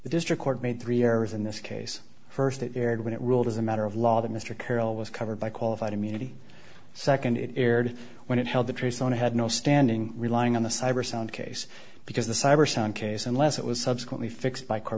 the district court made three errors in this case st it aired when it ruled as a matter of law that mr carroll was covered by qualified immunity nd it aired when it held the tree so i had no standing relying on the cyber sound case because the cyber sound case unless it was subsequently fixed by car